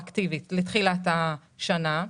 רטרואקטיבית לתחילת השנה.